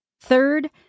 Third